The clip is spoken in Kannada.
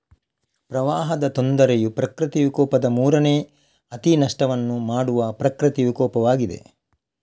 ಪ್ರವಾಹದ ತೊಂದರೆಯು ಪ್ರಕೃತಿ ವಿಕೋಪದ ಮೂರನೇ ಅತಿ ನಷ್ಟವನ್ನು ಮಾಡುವ ಪ್ರಕೃತಿ ವಿಕೋಪವಾಗಿದೆ